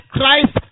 Christ